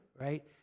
right